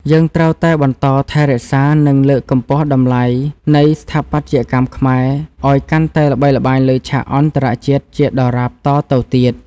យើងត្រូវតែបន្តថែរក្សា និង លើកកម្ពស់តម្លៃនៃស្ថាបត្យកម្មខ្មែរឱ្យកាន់តែល្បីល្បាញលើឆាកអន្តរជាតិជាដរាបតទៅទៀត។